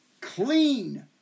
clean